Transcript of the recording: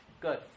good